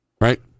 Right